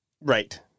Right